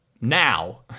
now